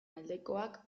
aldekoak